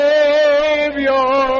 Savior